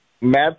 Matt